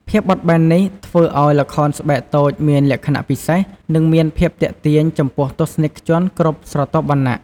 ភាពបត់បែននេះធ្វើឱ្យល្ខោនស្បែកតូចមានលក្ខណៈពិសេស និងមានភាពទាក់ទាញចំពោះទស្សនិកជនគ្រប់ស្រទាប់វណ្ណៈ។